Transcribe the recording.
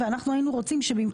בסעיף (ב1)(ב)(1) להצעת החוק,